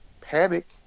panic